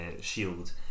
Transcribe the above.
shield